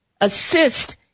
assist